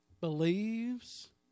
believes